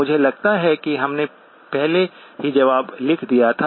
मुझे लगता है कि हमने पहले ही जवाब लिख दिया था